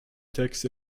text